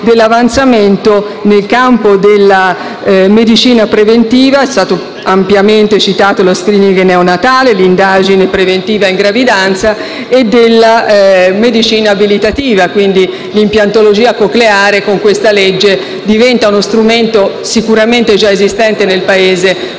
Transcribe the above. dell'avanzamento nel campo della medicina preventiva (è stato ampiamente citato lo *screening* neonatale, l'indagine preventiva in gravidanza) e della medicina riabilitativa. Con questa legge l'implantologia cocleare diventa uno strumento, sicuramente già esistente nel Paese,